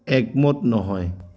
একমত নহয়